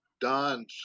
Don's